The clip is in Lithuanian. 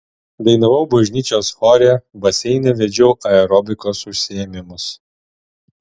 dainavau bažnyčios chore baseine vedžiau aerobikos užsiėmimus